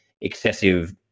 excessive